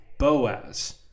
Boaz